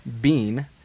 Bean